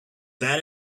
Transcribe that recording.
that